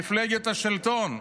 מפלגת השלטון.